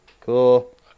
Cool